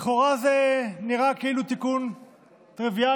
לכאורה, זה נראה כאילו תיקון טריוויאלי.